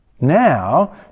Now